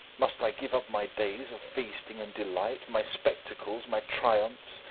must i give up my days of feasting and delight, my spectacles, my triumphs,